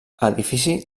edifici